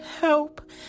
Help